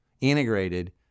integrated